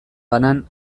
banan